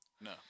No